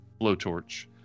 blowtorch